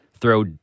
throw